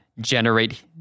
generate